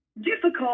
difficult